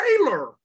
trailer